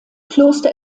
kloster